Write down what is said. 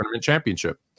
championship